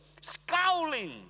scowling